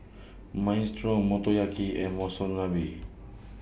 Minestrone Motoyaki and Monsunabe